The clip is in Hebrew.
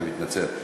אני מתנצל.